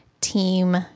team